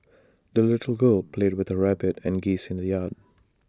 the little girl played with her rabbit and geese in the yard